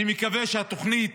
אני מקווה שהתוכנית